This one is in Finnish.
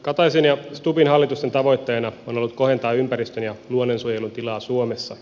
kataisen ja stubbin hallitusten tavoitteena on ollut kohentaa ympäristön ja luonnonsuojelun tilaa suomessa